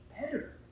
better